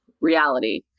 reality